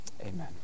amen